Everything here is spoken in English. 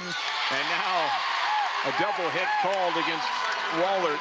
and now a double hit called against wahlert.